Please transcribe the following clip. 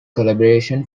collaboration